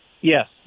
Yes